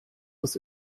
das